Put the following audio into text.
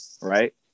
right